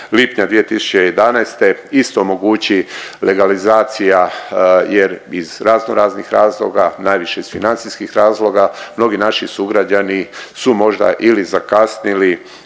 lipnja 2011. isto omogući legalizacija jer iz razno raznih razloga, najviše iz financijskih razloga, mnogi naši sugrađani su možda ili zakasnili